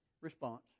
response